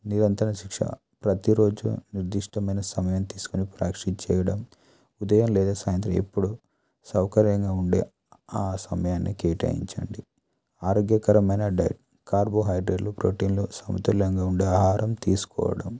నిరంతరం శిక్షణ ప్రతిరోజు నిర్దిష్టమైన సమయం తీసుకుని ప్రాక్టీచ్ చేయడం ఉదయం లేదా సాయంత్రం ఎప్పుడూ సౌకర్యంగా ఉండే ఆ సమయాన్ని కేటాయించండి ఆరోగ్యకరమైన డై కార్బోహైడ్రోలు ప్రోటీన్లు సమతుల్యంగా ఉండే ఆహారం తీసుకోవడం